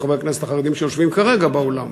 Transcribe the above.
חברי הכנסת החרדים שיושבים כרגע באולם,